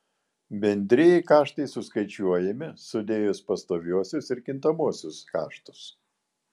bendrieji kaštai suskaičiuojami sudėjus pastoviuosius ir kintamuosius kaštus